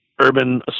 urban